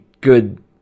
good